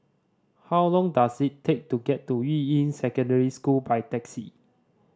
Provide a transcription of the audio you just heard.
how long does it take to get to Yuying Secondary School by taxi